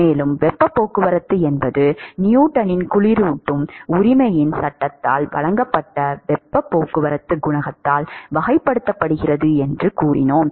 மேலும் வெப்பப் போக்குவரத்து என்பது நியூட்டனின் குளிரூட்டும் உரிமையின் சட்டத்தால் வழங்கப்பட்ட வெப்பப் போக்குவரத்து குணகத்தால் வகைப்படுத்தப்படுகிறது என்று கூறினோம்